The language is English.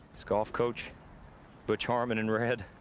it's golf. coach butch harmon in red.